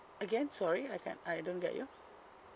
again sorry I I don't get you